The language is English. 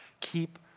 keep